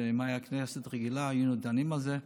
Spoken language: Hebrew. אם הייתה כנסת רגילה היינו דנים על זה,